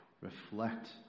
reflect